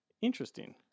Interesting